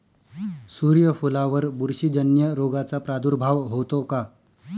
सूर्यफुलावर बुरशीजन्य रोगाचा प्रादुर्भाव होतो का?